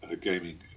gaming